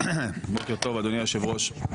בוקר טוב, אדוני היושב-ראש.